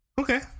Okay